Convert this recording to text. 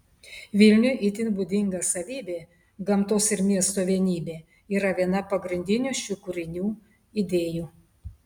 vilniui itin būdinga savybė gamtos ir miesto vienybė yra viena pagrindinių šių kūrinių idėjų